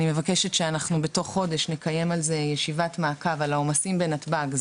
אני מבקשת שבתוך חודש נקיים ישיבת מעקב על העומסים בנתב"ג,